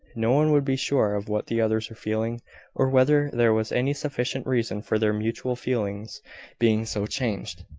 no one would be sure of what the others were feeling or whether there was any sufficient reason for their mutual feelings being so changed.